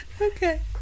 okay